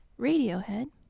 Radiohead